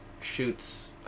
shoots